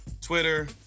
twitter